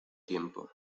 tiempo